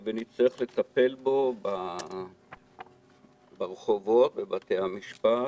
שנצטרך לטפל בו ברחובות, בבתי המשפט